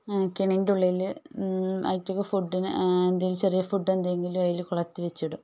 കെണീൻ്റെ ഉള്ളിൽ അയിറ്റക്ക് ഫുഡിന് എന്തെങ്കിലും ചെറിയ ഫുഡെന്തെങ്കിലും അതിൽ കൊളുത്തി വെച്ചിടും